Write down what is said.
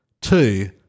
two